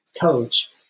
coach